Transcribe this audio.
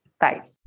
Bye